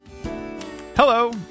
Hello